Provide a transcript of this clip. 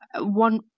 one